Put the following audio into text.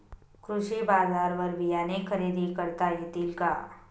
कृषी बाजारवर बियाणे खरेदी करता येतील का?